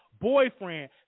boyfriend